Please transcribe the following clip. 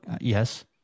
yes